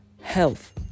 health